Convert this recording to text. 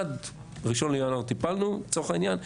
עד 1 בינואר טיפלנו, לצורך העניין.